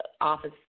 office